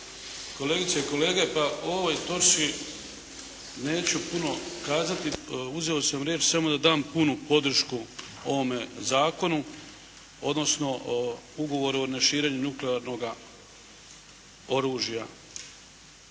kolegice i kolege. Pa o ovoj točci neću puno kazati. Uzeo sam riječ samo da dam punu podršku ovome zakonu odnosno Ugovoru o neširenju nuklearnoga oružja.